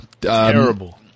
terrible